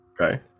Okay